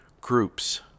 groups